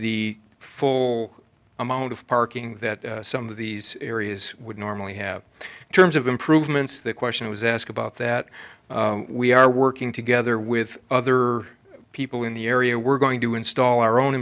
the full amount of parking that some of these areas would normally have terms of improvements the question was asked about that we are working together with other people in the area we're going to install our own